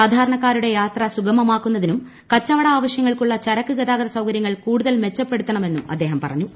സാധാരണക്കാരുടെ യാത്ര സുഗമമാക്കുന്നതിനും കച്ചവട ആവശ്യങ്ങൾക്കായുള്ള ചരക്ക് ഗതാഗത സൌകര്യങ്ങൾ കൂടുതൽ മെച്ചപ്പെടുത്തണമെന്നും അദ്ദേഹം പറഞ്ഞു